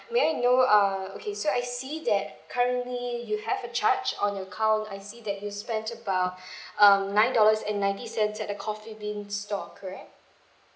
may I know uh okay so I see that currently you have a charge on your account I see that you spent about um nine dollars and ninety cents at a coffee bean store correct